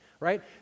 right